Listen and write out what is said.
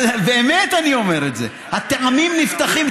באמת אני אומר את זה, הטעמים נפתחים.